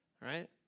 right